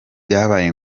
byabaye